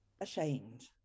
ashamed